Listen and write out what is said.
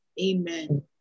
Amen